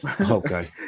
Okay